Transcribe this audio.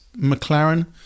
McLaren